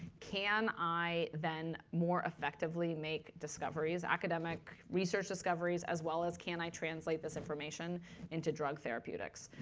can i then more effectively make discoveries, academic research discoveries, as well as, can i translate this information into drug therapeutics?